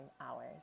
hours